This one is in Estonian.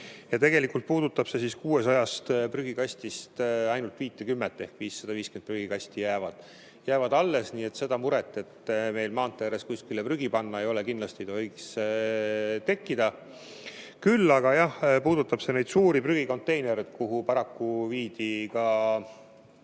Ja tegelikult puudutab see 600 prügikastist ainult viitkümmet ehk 550 prügikasti jäävad alles. Nii et seda muret, et meil maantee ääres kuskile prügi panna poleks, kindlasti ei tohiks tekkida. Küll aga jah, puudutab see neid suuri prügikonteinereid, kuhu paraku viidi ka